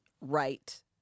right